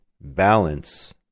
balance